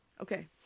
okay